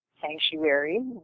sanctuary